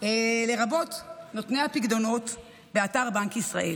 לרבות נותני הפיקדונות באתר בנק ישראל.